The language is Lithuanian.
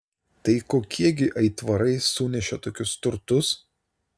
tai kokie gi aitvarai sunešė tokius turtus